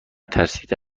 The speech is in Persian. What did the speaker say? ترسیده